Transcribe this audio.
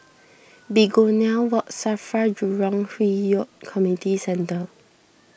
Begonia Walk Safra Jurong Hwi Yoh Community Centre